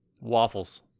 Waffles